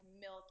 milk